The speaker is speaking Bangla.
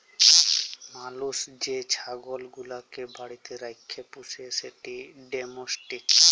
মালুস যে ছাগল গুলাকে বাড়িতে রাখ্যে পুষে সেট ডোমেস্টিক